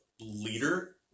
Leader